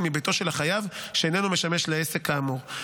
מביתו של החייב שאינו משמש לעסק כאמור.